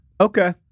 Okay